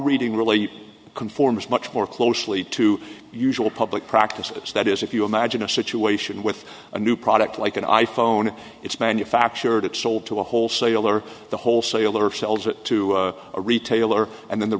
reading really conforms much more closely to usual public practices that is if you imagine a situation with a new product like an i phone it's manufactured it sold to a wholesaler the wholesaler sells it to a retailer and then the